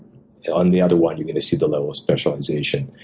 on the other one, you're gonna see the level of specialization.